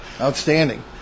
Outstanding